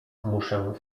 muszę